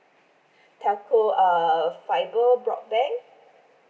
telco uh fibre broadband